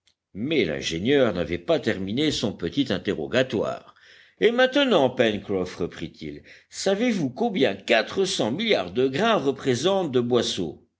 mais l'ingénieur n'avait pas terminé son petit interrogatoire et maintenant pencroff reprit-il savez-vous combien quatre cents milliards de grains représentent de